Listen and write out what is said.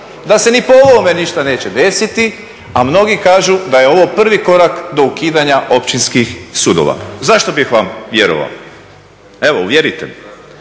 da se ni po ovome ništa neće desiti, a mnogi kažu da je ovo prvi korak do ukidanja općinskih sudova. Zašto bih vam vjerovao? Evo, uvjerite me.